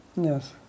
Yes